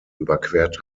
überquert